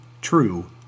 true